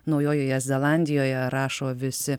naujojoje zelandijoje rašo visi